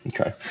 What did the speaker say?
Okay